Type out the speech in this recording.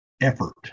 effort